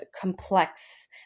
complex